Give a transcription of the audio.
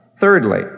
Thirdly